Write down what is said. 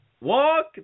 Walk